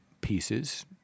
pieces